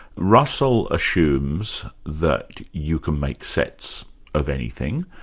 russell assumes that you can make sets of anything,